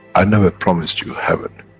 i never promised you heaven,